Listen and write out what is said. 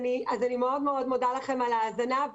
אני מאוד מאוד מודה לכם על ההאזנה,